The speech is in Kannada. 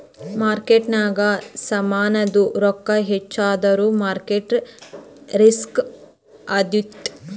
ಮಾರ್ಕೆಟ್ನಾಗ್ ಸಾಮಾಂದು ರೊಕ್ಕಾ ಹೆಚ್ಚ ಆದುರ್ ಮಾರ್ಕೇಟ್ ರಿಸ್ಕ್ ಆತ್ತುದ್